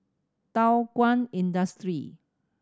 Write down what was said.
Thow Kwang Industry